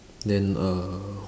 then err